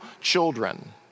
children